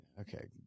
okay